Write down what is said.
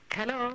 Hello